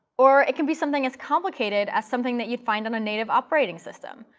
or it can be something as complicated as something that you'd find on a native operating system,